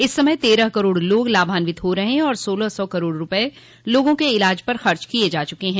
इस समय तेरह करोड़ लोग लाभान्वित हो रहे हैं और सोलह सौ करोड़ रूपये लोगों के इलाज पर खर्च किये जा चूके हैं